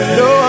no